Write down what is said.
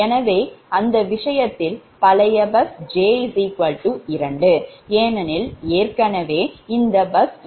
எனவே அந்த விஷயத்தில் பழைய பஸ் 𝑗 2 ஏனெனில் ஏற்கனவே இந்த பஸ் 2 கருதப்பட்டு உள்ளது